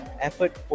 effort